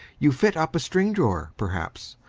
you fit up a string-drawer, perhaps,